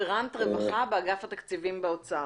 רפרנט רווחה באגף התקציבים באוצר.